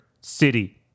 city